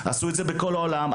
עשו את זה בכל העולם,